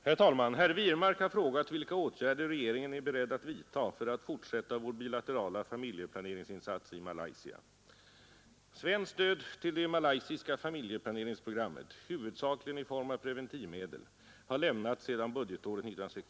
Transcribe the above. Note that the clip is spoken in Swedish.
Herr talman! Herr Wirmark har frågat vilka åtgärder regeringen är beredd att vidta för att fortsätta vår bilaterala familjeplaneringsinsats i Malaysia. Svenskt stöd till det malaysiska familjeplaneringsprogrammet, huvudsakligen i form av preventivmedel, har lämnats sedan budgetåret 1967/68.